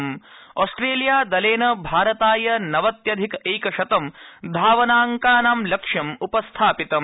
Australia दलेन भारताय नवत्यधिकैकशतं धावनांकानां लक्ष्यं उपस्थापितम्